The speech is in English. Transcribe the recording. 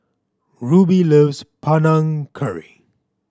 Rubie loves Panang Curry